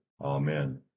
Amen